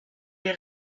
est